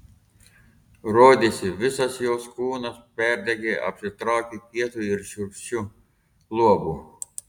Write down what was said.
rodėsi visas jos kūnas perdegė apsitraukė kietu ir šiurkščiu luobu